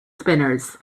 spinners